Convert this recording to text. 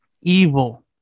evil